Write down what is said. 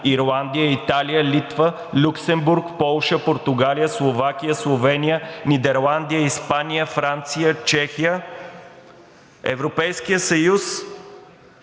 Ирландия, Италия, Литва, Люксембург, Полша, Португалия, Словакия, Словения, Нидерландия, Испания, Франция, Чехия. Европейският съюз